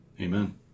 Amen